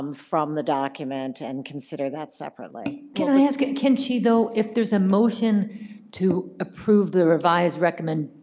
um from the document and consider that separately. can i ask, can she though if there's a motion to approve the revised recommendation.